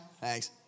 thanks